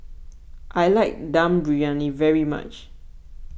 I like Dum Briyani very much